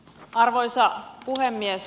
arvoisa puhemies